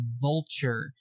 vulture